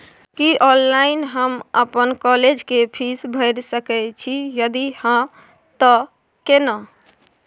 की online हम अपन college के फीस भैर सके छि यदि हाँ त केना?